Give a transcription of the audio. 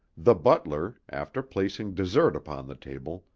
the butler, after placing dessert upon the table,